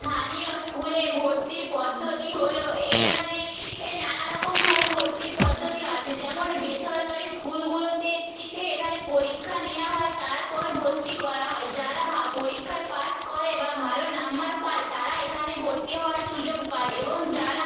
স্থানীয় স্কুলে ভর্তির পদ্ধতি হলো এখানে এ নানা রকমভাবে ভর্তির পদ্ধতি আছে যেমন বেসরকারি স্কুলগুলোতে এ এখানে পরীক্ষা নেওয়া হয় তারপর ভর্তি করা হয় যারা ভা পরীক্ষায় পাস করে বা ভালো নম্বর পায় তারা এখানে ভর্তি হওয়ার সুযোগ পায় এবং যারা